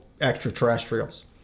extraterrestrials